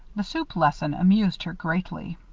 the soup lesson amused her greatly.